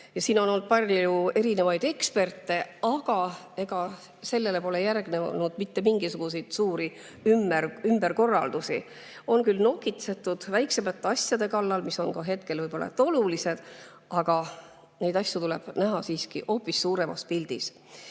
ja siin on olnud palju erinevaid eksperte, aga ega sellele pole järgnenud mitte mingisuguseid suuri ümberkorraldusi. On küll nokitsetud väiksemate asjade kallal, mis võivad hetkel olla olulised, aga neid asju tuleks näha siiski hoopis suuremas